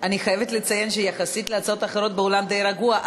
אני חייבת לציין שיחסית להצעות אחרות באולם די רגוע,